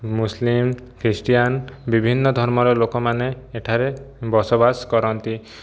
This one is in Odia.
ମୁସଲିମ୍ ଖୀଷ୍ଟ୍ରିଆନ୍ ବିଭିନ୍ନ ଧର୍ମର ଲୋକମାନେ ଏଠାରେ ବସବାସ କରନ୍ତି